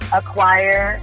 acquire